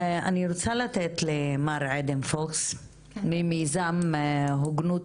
אני רוצה לתת למר עדן פוקס ממיזם הוגנות